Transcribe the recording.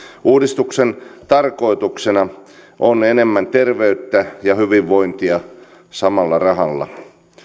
uudistuksen tarkoituksena on enemmän terveyttä ja hyvinvointia samalla rahalla